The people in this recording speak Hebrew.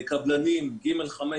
קבלנים ג'5,